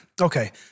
Okay